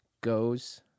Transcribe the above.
goes